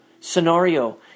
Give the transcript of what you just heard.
scenario